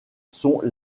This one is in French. sont